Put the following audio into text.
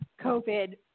COVID